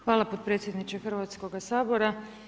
Hvala potpredsjedniče Hrvatskog sabora.